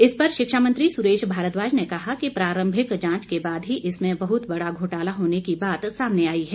इस पर शिक्षा मंत्री सुरेश भारद्वाज ने कहा कि प्रारंभिक जांच के बाद ही इसमें बहुत बड़ा घोटाला होने की बात सामने आई है